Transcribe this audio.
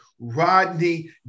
Rodney